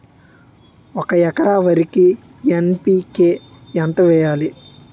ఒక ఎకర వరికి ఎన్.పి కే ఎంత వేయాలి?